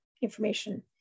information